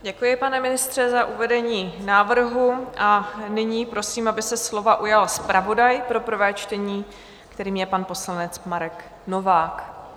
Děkuji, pane ministře, za uvedení návrhu, a nyní prosím, aby se slova ujal zpravodaj pro prvé čtení, kterým je pan poslanec Marek Novák.